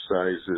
sizes